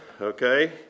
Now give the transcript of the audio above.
Okay